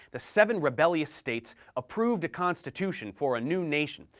the seven rebellious states approved a constitution for a new nation,